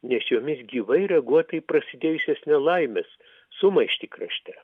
nes jomis gyvai reaguota į prasidėjusias nelaimes sumaištį krašte